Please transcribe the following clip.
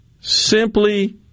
simply